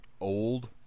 old